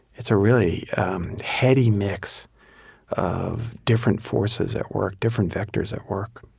it's a really heady mix of different forces at work, different vectors at work